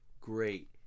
great